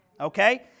okay